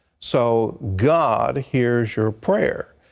so god hears your prayer.